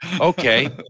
Okay